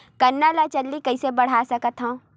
गन्ना ल जल्दी कइसे बढ़ा सकत हव?